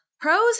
pros